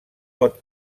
pot